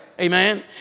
Amen